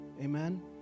Amen